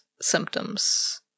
symptoms